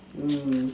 mm